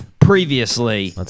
Previously